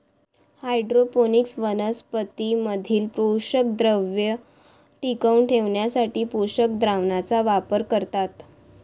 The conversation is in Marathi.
हायड्रोपोनिक्स वनस्पतीं मधील पोषकद्रव्ये टिकवून ठेवण्यासाठी पोषक द्रावणाचा वापर करतात